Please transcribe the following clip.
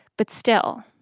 but still,